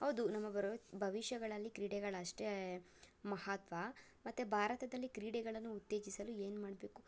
ಹೌದು ನಮ್ಮ ಬರುವ ಭವಿಷ್ಯಗಳಲ್ಲಿ ಕ್ರೀಡೆಗಳಷ್ಟೇ ಮಹತ್ವ ಮತ್ತು ಭಾರತದಲ್ಲಿ ಕ್ರೀಡೆಗಳನ್ನು ಉತ್ತೇಜಿಸಲು ಏನು ಮಾಡಬೇಕು